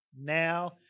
Now